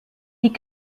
die